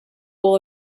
will